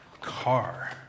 car